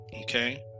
Okay